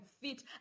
fit